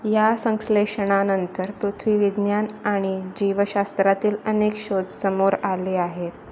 या संश्लेषणानंतर पृथ्वी विज्ञान आणि जीवशास्त्रातील अनेक शोध समोर आले आहेत